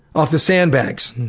off the sand bags,